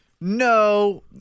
No